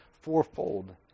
Fourfold